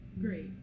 Great